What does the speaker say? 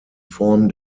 form